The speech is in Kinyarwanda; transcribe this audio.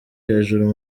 hejuru